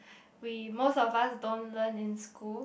we most of us don't learn in school